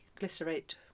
glycerate